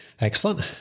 Excellent